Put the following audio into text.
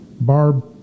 Barb